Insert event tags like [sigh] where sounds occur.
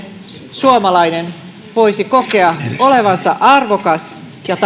suomalainen voisi kokea olevansa arvokas ja [unintelligible]